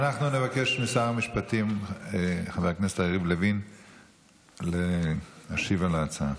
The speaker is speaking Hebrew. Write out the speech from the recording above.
אנחנו נבקש משר המשפטים חבר הכנסת יריב לוין להשיב על ההצעה.